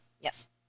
Yes